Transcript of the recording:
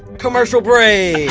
commercial break!